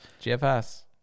GFS